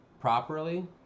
properly